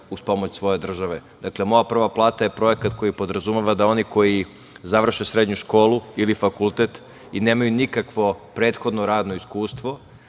uz pomoć države. Dakle, Moja prva plata, je projekat koji podrazumeva da oni koji završe srednju školu ili fakultet i nemaju nikakvo prethodno radno iskustvo,